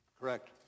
Correct